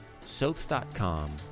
soaps.com